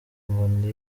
ngo